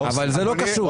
אבל, זה לא קשור.